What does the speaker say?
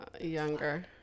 younger